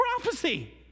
prophecy